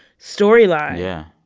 storyline yeah